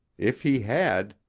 if he had,